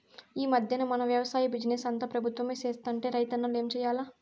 ఈ మధ్దెన మన వెవసాయ బిజినెస్ అంతా పెబుత్వమే సేత్తంటే రైతన్నలు ఏం చేయాల్ల